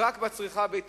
רק על הצריכה הביתית.